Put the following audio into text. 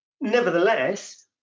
Nevertheless